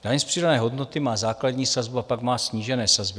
Daň z přidané hodnoty má základní sazbu a pak má snížené sazby.